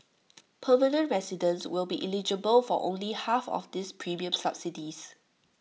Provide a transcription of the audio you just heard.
permanent residents will be eligible for only half of these premium subsidies